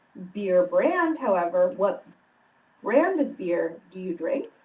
beer brand, however what brand of beer do you drink